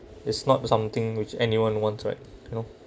it's not something which anyone wants right you know